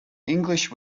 english